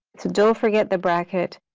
so don't forget the bracket.